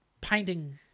painting